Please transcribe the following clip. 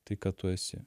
tai kad tu esi